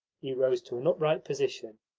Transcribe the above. he rose to an upright position,